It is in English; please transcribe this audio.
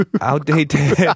outdated